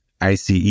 ICE